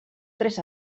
tres